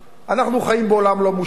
אנחנו חיים בעולם לא מושלם.